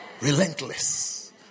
Relentless